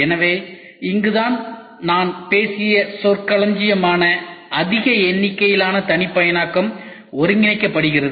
எனவே இங்குதான் நான் பேசிய சொற்களஞ்சியம் ஆன அதிக எண்ணிக்கையிலான தனிப்பயனாக்கம் ஒருங்கிணைக்கப்படுகிறது